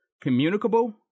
communicable